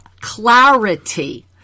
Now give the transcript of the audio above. clarity